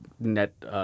Net